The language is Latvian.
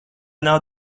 nav